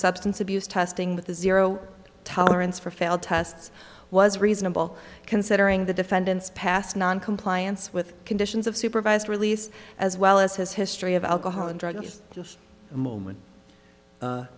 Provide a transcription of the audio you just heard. substance abuse testing that the zero tolerance for failed tests was reasonable considering the defendant's past noncompliance with conditions of supervised release as well as his history of alcohol and drugs just